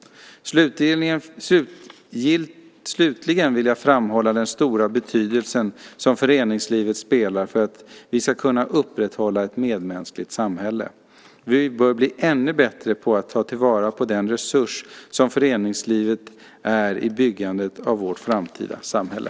Slutligen vill jag framhålla den stora betydelse som föreningslivet spelar för att vi ska kunna upprätthålla ett medmänskligt samhälle. Vi bör bli ännu bättre på att ta till vara den resurs som föreningslivet är i byggandet av vårt framtida samhälle.